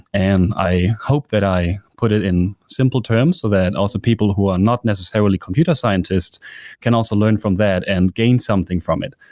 and i hope that i put it in simple terms so that also people who are not necessarily computer scientists can also learn from that and gain something from it,